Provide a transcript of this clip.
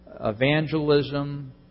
evangelism